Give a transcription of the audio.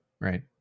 Right